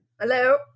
Hello